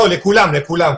לא, לכולם, לכולם.